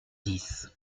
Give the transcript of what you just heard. dix